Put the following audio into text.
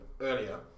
earlier